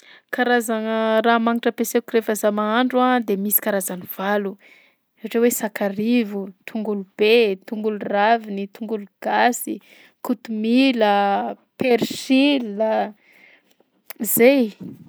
Karazagna raha magnitra ampiasaiko rehefa zaho mahandro a de misy karazany valo: ohatra hoe sakarivo, tongolo be, tongolo raviny, tontolo gasy kotomila a, persil a, zay.